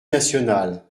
nationale